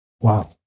wow